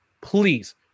Please